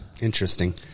Interesting